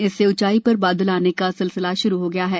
इससे ऊंचाई पर बादल आने का सिलसिला शुरू हो गया है